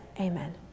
amen